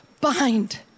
Bind